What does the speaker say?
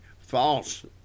false